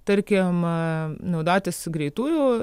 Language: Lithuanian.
tarkim naudotis greitųjų